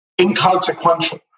inconsequential